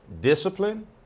Discipline